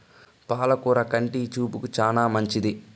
పాల కూర కంటి చూపుకు చానా మంచిది